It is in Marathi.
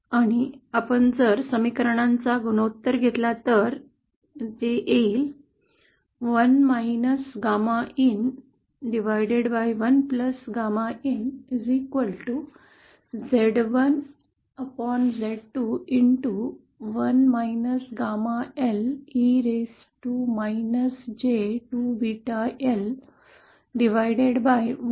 आणि जर आपण समीकरणांचा गुणोत्तर घेतला तर येइल 1 GAMAin 1 GAMAin Z1Z2